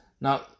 Now